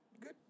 good